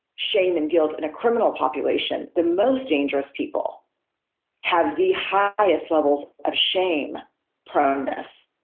shame and guilt in a criminal population, the most dangerous people have the highest levels of shame proneness